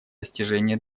достижения